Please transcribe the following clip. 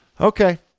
Okay